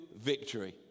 victory